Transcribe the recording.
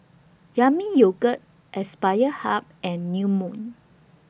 Yami Yogurt Aspire Hub and New Moon